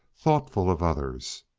thoughtful of others.